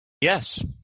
Yes